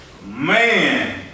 Man